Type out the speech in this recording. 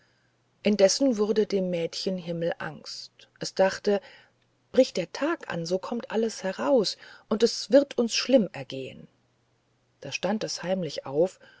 indessen wurde dem mädchen himmelangst es dachte bricht der tag an so kommt alles heraus und es wird uns schlimm gehen da stand es heimlich auf